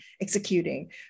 executing